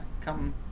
Come